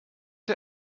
der